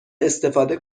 استفاده